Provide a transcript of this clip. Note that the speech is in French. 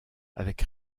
avec